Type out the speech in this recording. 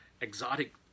exotic